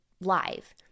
live